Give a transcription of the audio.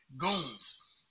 Goons